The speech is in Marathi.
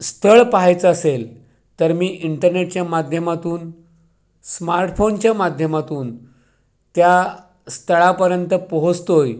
स्थळ पहायचं असेल तर मी इंटरनेटच्या माध्यमातून स्मार्टफोनच्या माध्यमातून त्या स्थळापर्यंत पोहचतो आहे